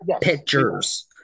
Pictures